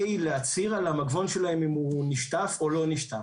להצהיר על המגבון שלהם אם הוא נשטף או לא נשטף.